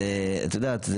זה את יודעת,